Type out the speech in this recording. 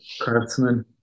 craftsman